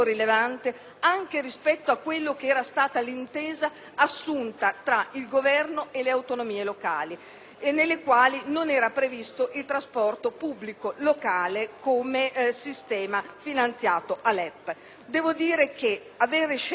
nella quale non era previsto il trasporto pubblico locale come sistema finanziato a LEP. Aver scelto qui di finanziare comunque a LEP gli investimenti per il trasporto pubblico locale e aver precisato,